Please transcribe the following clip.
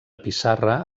pissarra